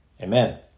amen